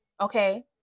Okay